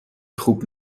خوب